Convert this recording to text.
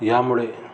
ह्यामुळे